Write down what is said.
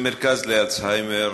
רק כדי לסבר את האוזן, זה מרכז לאלצהיימר,